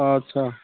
आच्चा